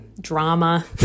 drama